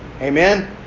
Amen